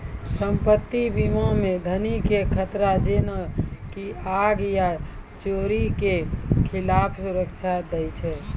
सम्पति बीमा मे धनो के खतरा जेना की आग या चोरी के खिलाफ सुरक्षा दै छै